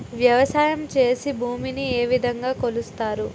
వ్యవసాయం చేసి భూమిని ఏ విధంగా కొలుస్తారు?